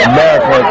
America